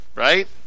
Right